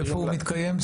איפה הוא מתקיים?